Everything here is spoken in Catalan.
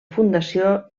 fundació